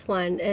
one